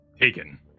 Taken